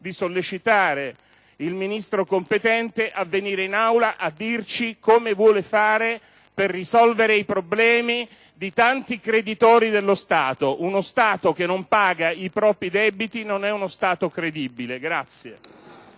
di sollecitare il Ministro competente a venire in Aula a dirci come intende agire per risolvere i problemi di tanti creditori dello Stato. Uno Stato che non paga i propri debiti non è uno Stato credibile.